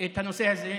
את הנושא הזה?